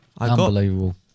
Unbelievable